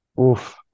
Oof